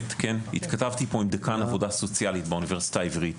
התכתבתי פה עם דיקן עבודה סוציאלית באוניברסיטה העברית,